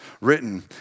written